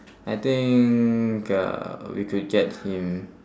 I think uh we could get him